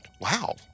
wow